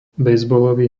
bejzbalový